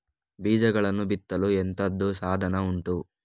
ಬೀಜಗಳನ್ನು ಬಿತ್ತಲು ಎಂತದು ಸಾಧನ ಉಂಟು?